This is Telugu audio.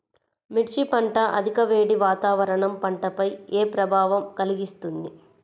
మిర్చి పంట అధిక వేడి వాతావరణం పంటపై ఏ ప్రభావం కలిగిస్తుంది?